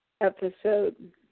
episode